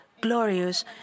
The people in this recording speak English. glorious